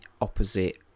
opposite